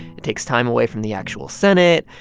it takes time away from the actual senate.